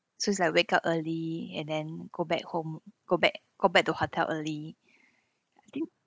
so it's like wake up early and then go back home go back go back to hotel early I think